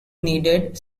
needed